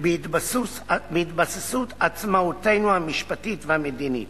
בהתבססות עצמאותנו המשפטית והמדינית